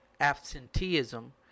absenteeism